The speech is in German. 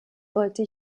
wollte